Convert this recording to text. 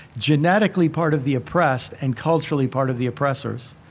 genetically part of the oppressed and culturally part of the oppressors.